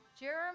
Jeremy